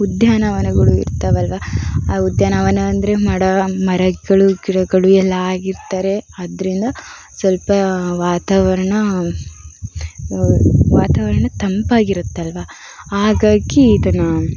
ಉದ್ಯಾನವನಗಳು ಇರ್ತವಲ್ವಾ ಆ ಉದ್ಯಾನವನ ಅಂದರೆ ಮಡ ಮರಗಳು ಗಿಡಗಳು ಎಲ್ಲ ಆಗಿರ್ತಾರೆ ಅದರಿಂದ ಸ್ವಲ್ಪ ವಾತಾವರಣ ವಾತಾವರಣ ತಂಪಾಗಿರುತ್ತಲ್ವಾ ಹಾಗಾಗಿ ಇದನ್ನು